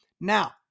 now